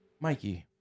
Mikey